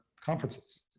conferences